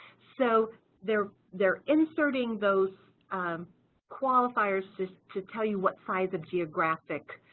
so they're they're inserting those qualifiers to tell you what size of geographic